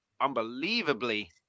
unbelievably